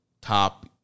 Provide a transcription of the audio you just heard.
top